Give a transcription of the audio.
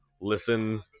listen